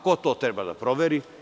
Ko to treba da proveri?